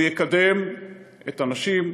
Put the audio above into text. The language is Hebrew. והוא יקדם את הנשים,